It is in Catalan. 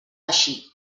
així